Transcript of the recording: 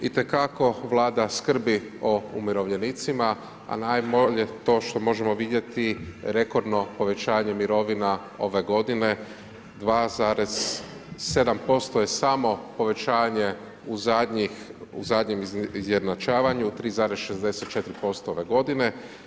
Itekako vlada skrbi o umirovljenicima, a najbolje to što možemo vidjeti rekordno povećanje mirovina ove godine, 2,7% je samo povećanje u zadnjem izjednačavanju, 3,64% ove godine.